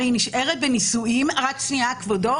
הרי היא נשארת בנישואין נגד רצונה.